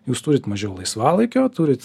jūs turit mažiau laisvalaikio turit